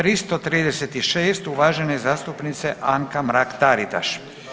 336. uvažene zastupnice Anka Mrak-Taritaš.